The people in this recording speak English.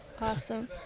awesome